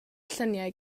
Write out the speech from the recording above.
lluniau